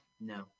no